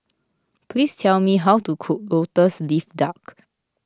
please tell me how to cook Lotus Leaf Duck